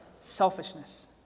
Selfishness